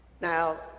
Now